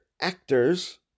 actors